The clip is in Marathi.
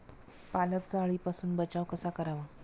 पालकचा अळीपासून बचाव कसा करावा?